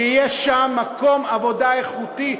שיהיה שם מקום עבודה איכותי,